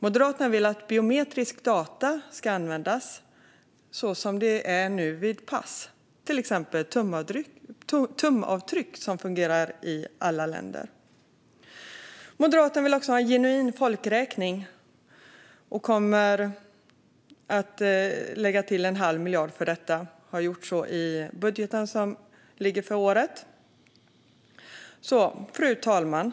Moderaterna vill att biometriska data ska användas, som med pass. Till exempel fungerar tumavtryck i alla länder. Moderaterna vill också ha en genuin folkräkning och kommer att lägga till en halv miljard för detta. Vi har gjort så i budgeten som ligger för året. Fru talman!